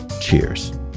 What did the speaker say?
Cheers